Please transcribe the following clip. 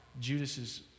Judas